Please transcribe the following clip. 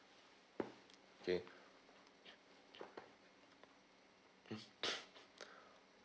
okay